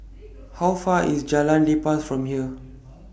How Far IS Jalan Lepas from here